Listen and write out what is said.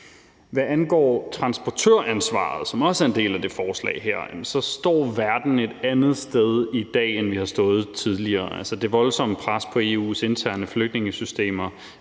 Hvad angår transportøransvaret, som også er en del af det forslag her, står verden et andet sted i dag, end den har stået tidligere. Det voldsomme pres på EU's interne flygtningesystemer